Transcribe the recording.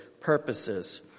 purposes